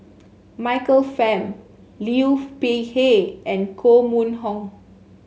Michael Fam Peihe and Koh Mun Hong